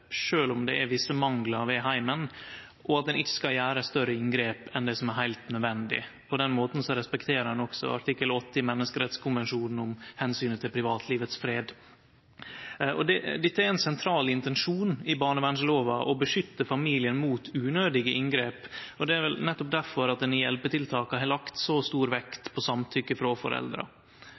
om det er visse manglar ved heimen, og at ein ikkje skal gjere større inngrep enn det som er heilt nødvendig. På den måten respekterer ein også artikkel 8 i menneskerettskonvensjonen om omsynet til privatlivets fred. Dette er ein sentral intensjon i barnevernslova: å beskytte familien mot unødige inngrep. Og det er vel nettopp derfor ein i hjelpetiltaka har lagt så stor vekt på samtykke frå foreldra.